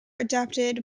adapted